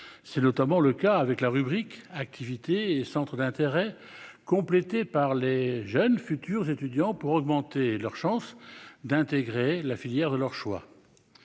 c'est notamment le cas avec la rubrique centres d'intérêt, complété par les jeunes futurs étudiants pour augmenter leurs chances d'intégrer la filière de leur choix,